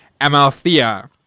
Amalthea